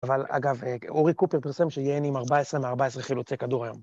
אבל אגב, אורי קופר פרסם שיהן עם 14 מ-14 חילוצי כדור היום.